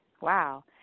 Wow